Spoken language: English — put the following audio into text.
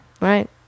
right